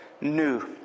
new